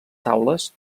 taules